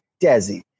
Desi